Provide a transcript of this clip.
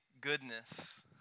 goodness